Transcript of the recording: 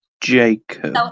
Jacob